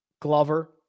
Glover